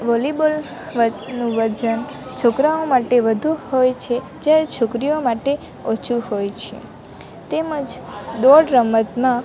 volleyball વ નું વજન છોકરાઓ માટે વધુ હોય છે જ્યારે છોકરીઓ માટે ઓછું હોય છે તેમજ દોડ રમતમાં